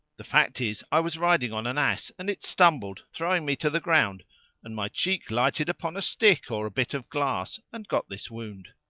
the fact is i was riding on an ass and it stumbled, throwing me to the ground and my cheek lighted upon a stick or a bit of glass and got this wound.